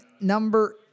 number